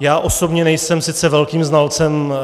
Já osobně nejsem sice velkým znalcem